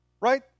right